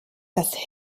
das